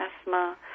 asthma